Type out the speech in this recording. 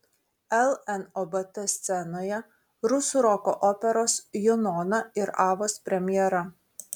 lnobt scenoje rusų roko operos junona ir avos premjera